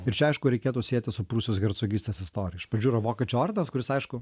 ir čia aišku reikėtų sieti su prūsijos hercogystės istorija iš pradžių yra vokiečių ordinas kuris aišku